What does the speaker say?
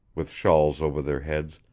with shawls over their heads,